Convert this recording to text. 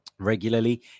Regularly